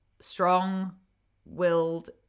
strong-willed